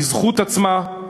בזכות עצמה,